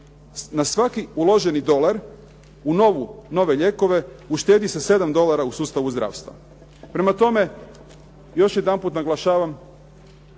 Na svaki uloženi dolar u nove lijekove uštedi se 7 dolara u sustavu zdravstva. Prema tome, još jedanput naglašavam